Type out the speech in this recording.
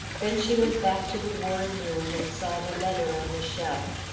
then she went back to the warm room and saw the letter on the shelf.